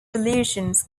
solutions